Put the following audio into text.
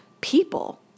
people